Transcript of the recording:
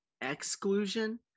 exclusion